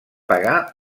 pagar